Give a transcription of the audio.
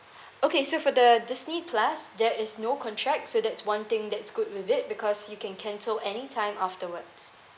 okay so for the disney plus there is no contract so that's one thing that's good with it because you can cancel any time afterwards